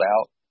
out